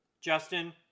justin